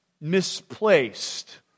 misplaced